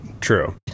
True